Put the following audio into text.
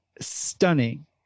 stunning